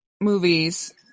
movies